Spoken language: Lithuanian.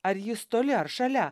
ar jis toli ar šalia